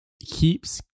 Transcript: keeps